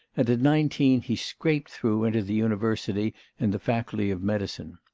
at at nineteen he scraped through into the university in the faculty of medicine.